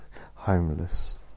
homeless